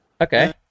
Okay